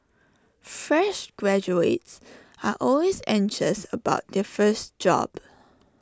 fresh graduates are always anxious about their first job